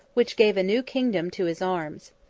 which gave a new kingdom to his arms.